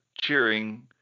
cheering